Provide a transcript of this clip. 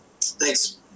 Thanks